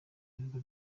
birwa